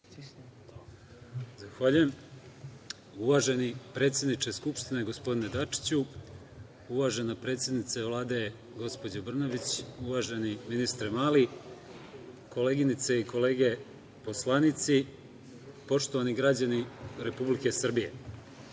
Zahvaljujem. Uvaženi predsedniče Skupštine, gospodine Dačiću, uvažena predsednice Vlade, gospođo Brnabić, uvaženi ministre Mali, koleginice i kolege poslanici, poštovani građani Republike Srbije,